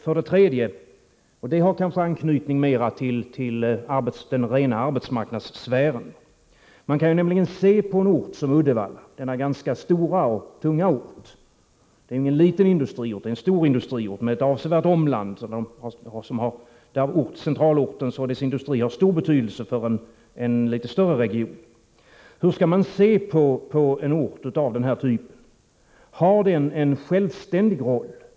För det tredje, och den frågan har kanske anknytning mera till den rena arbetsmarknadssfären: Hur ser regeringen på en ort som Uddevalla, denna ganska stora och tunga industriort — Uddevalla är ingen liten utan en stor industriort med ett avsevärt omland? Centralorten och dess industri har stor betydelse för en litet större region. Hur skall man se på en ort av den här typen? Har den en självständig roll?